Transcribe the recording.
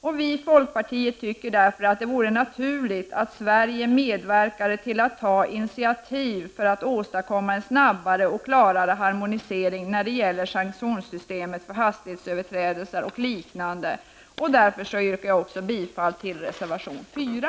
Vi i folkpartiet tycker därför att det vore naturligt att Sverige medverkade till att ta initiativ för att åstadkomma en snabbare och klarare harmonisering när det gäller sanktionssystemet för hastighetsöverträdelser och liknande. Därmed yrkar jag bifall också till reservation 4.